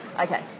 okay